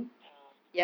ah